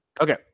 Okay